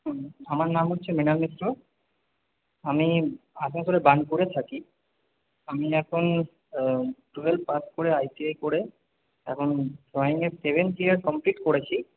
আমার নাম হচ্ছে মৃণাল মিশ্র আমি আসানসোলের বার্নপুরে থাকি আমি এখন টুয়েলভ পাস করে আইটিআই করে এখন ড্রয়িংয়ে সেভেন্থ ইয়ার কমপ্লিট করেছি